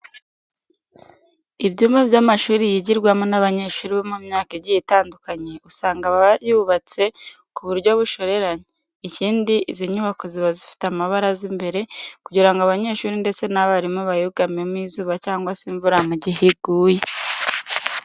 Ibyumba by'amashuri yigirwamo n'abanyeshuri bo mu myaka igiye itandukanye, usanga aba yubatse ku buryo bushoreranye. Ikindi izi nyubako ziba zifite amabaraza imbere, kugira ngo abanyeshuri ndetse n'abarimu bayugamemo izuba cyangwa se imvura mu gihe iguye.